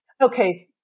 Okay